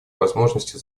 возможности